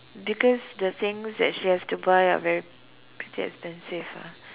because the things that she has to buy are very pretty expensive